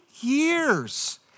years